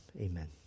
amen